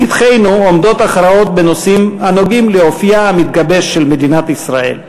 לפתחנו עומדות הכרעות בנושאים הנוגעים לאופייה המתגבש של מדינת ישראל.